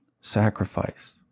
sacrifice